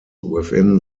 within